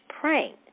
prank